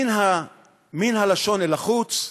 מן הלשון אל החוץ,